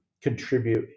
contribute